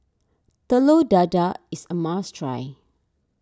Telur Dadah is a must try